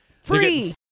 Free